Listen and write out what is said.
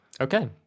Okay